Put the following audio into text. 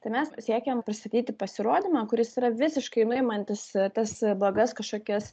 tai mes siekėm pastatyti pasirodymą kuris yra visiškai nuimantis tas blogas kažkokias